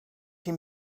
him